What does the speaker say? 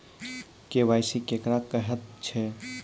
KYC केकरा कहैत छै?